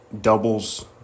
doubles